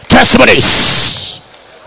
Testimonies